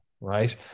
right